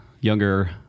younger